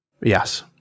Yes